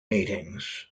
meetings